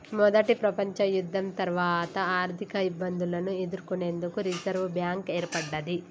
మొదటి ప్రపంచయుద్ధం తర్వాత ఆర్థికఇబ్బందులను ఎదుర్కొనేందుకు రిజర్వ్ బ్యాంక్ ఏర్పడ్డది